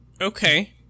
Okay